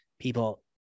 people